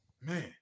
man